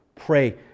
Pray